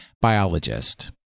biologist